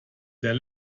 der